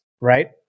right